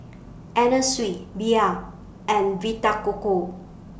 Anna Sui Bia and Vita Coco